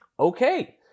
Okay